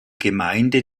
gemeinde